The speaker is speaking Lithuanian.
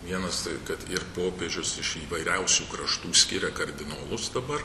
vienas tai kad ir popiežius iš įvairiausių kraštų skiria kardinolus dabar